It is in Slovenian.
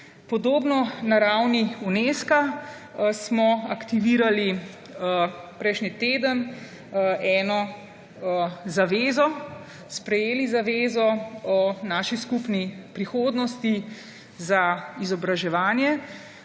Podobno na ravni Unesca smo aktivirali prejšnji teden eno zavezo, sprejeli zavezo o naši skupni prihodnosti za izobraževanje,